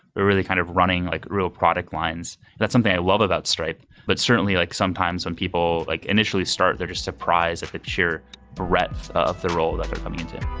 they're really kind of running like real product lines. that's something i love about stripe, but certainly like sometimes when people like initially start, they're just surprised if it's your breadth of the role coming into